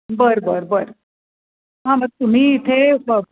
बरं बरं बरं हां मग तुम्ही इथे